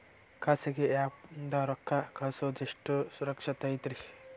ಖಾಸಗಿ ಆ್ಯಪ್ ನಿಂದ ರೊಕ್ಕ ಕಳ್ಸೋದು ಎಷ್ಟ ಸುರಕ್ಷತಾ ಐತ್ರಿ?